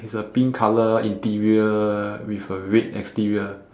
it's a pink colour interior with a red exterior